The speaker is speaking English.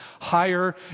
higher